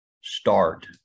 start